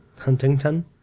Huntington